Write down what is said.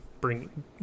bring